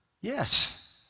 Yes